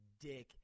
Dick